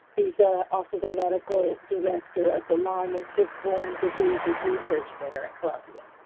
he's also the medical director of the lyme and tick-born diseases research center at columbia.